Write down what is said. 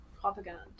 Propaganda